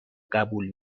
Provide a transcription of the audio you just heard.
قبول